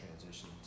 transition